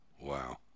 Wow